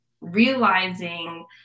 realizing